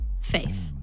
faith